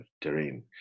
terrain